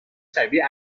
شبیه